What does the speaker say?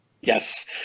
Yes